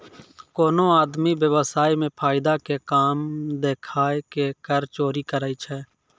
कोनो आदमी व्य्वसाय मे फायदा के कम देखाय के कर चोरी करै छै